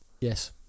yes